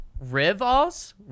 Rivals